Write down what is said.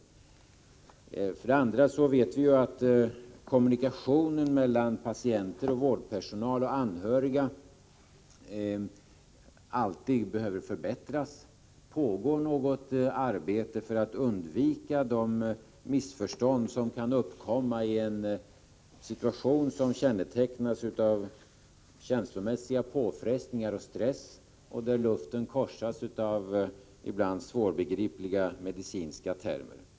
Vi vet ju att kommunikationen mellan patienter och vårdpersonal och anhöriga alltid behöver förbättras. Pågår något arbete för att undvika de missförstånd som kan uppkomma i en situation som kännetecknas av känslomässiga påfrestningar och stress och där luften korsas av ibland svårbegripliga medicinska termer?